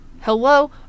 Hello